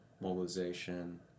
mobilization